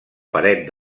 paret